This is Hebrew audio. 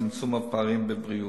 צמצום הפערים בבריאות.